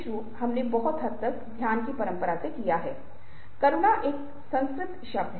अब हम नीचे से शुरू करेंगे क्योंकि नीचे वाले को समझना आसान है